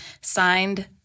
Signed